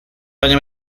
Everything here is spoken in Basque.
baina